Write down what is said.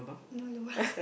no lobang